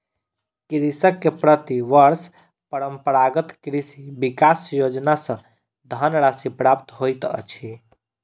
कृषक के प्रति वर्ष परंपरागत कृषि विकास योजना सॅ धनराशि प्राप्त होइत अछि